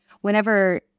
whenever